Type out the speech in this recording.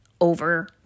over